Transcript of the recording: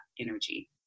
energy